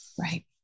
Right